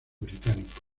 británico